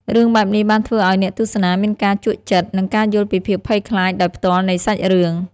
រឿងបែបនេះបានធ្វើឲ្យអ្នកទស្សនាមានការជក់ចិត្ត និងយល់ពីភាពភ័យខ្លាចដោយផ្ទាល់នៃសាច់រឿង។